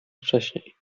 wcześniej